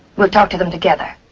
we'll talk to them together.